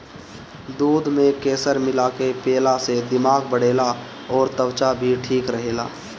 दूध में केसर मिला के पियला से दिमाग बढ़ेला अउरी त्वचा भी ठीक रहेला